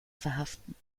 verhaften